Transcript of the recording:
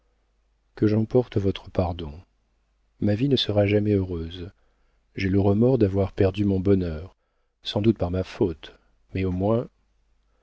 que j'emporte votre pardon ma vie ne sera jamais heureuse j'ai le remords d'avoir perdu mon bonheur sans doute par ma faute mais au moins